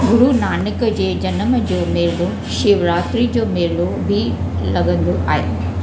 गुरु नानक जे जनम जो मेलो शिवरात्रि जो मेलो बि लॻंदो आहे